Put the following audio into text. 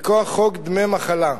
מכוח חוק דמי מחלה,